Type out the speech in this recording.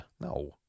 No